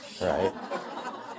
right